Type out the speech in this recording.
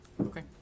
Okay